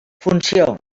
funció